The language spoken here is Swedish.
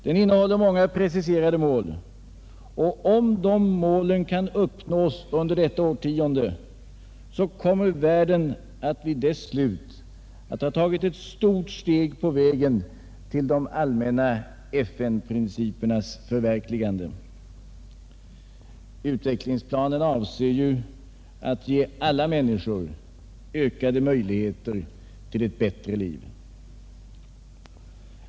Den innehåller många preciserade mål, och om de målen kan uppnås under detta årtionde kommer världen vid dess slut att ha tagit ett stort steg på vägen mot de allmänna FN-principernas förverkligande. Utvecklingsplanen avser att ge alla människor ökade möjligheter till ett bättre liv.